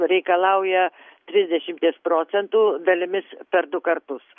reikalauja trisdešimties procentų dalimis per du kartus